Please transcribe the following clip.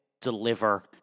deliver